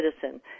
citizen